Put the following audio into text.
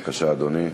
בבקשה, אדוני.